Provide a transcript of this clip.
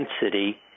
density